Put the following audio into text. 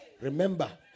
remember